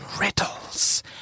riddles